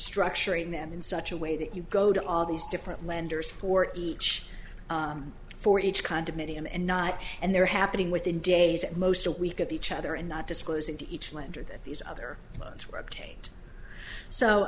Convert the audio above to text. structuring them in such a way that you go to all these different lenders for each for each condominium and not and they're happening within days at most a week of each other and not disclosing to each lender that these other loans were obtained so